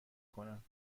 کنم